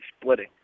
splitting